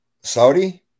Saudi